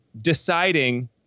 deciding